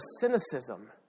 cynicism